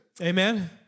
Amen